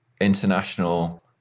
international